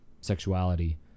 sexuality